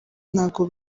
ntabwo